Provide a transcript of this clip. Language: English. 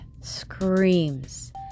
screams